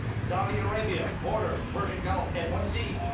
saudi arabia borders the persian gulf and what sea?